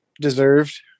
deserved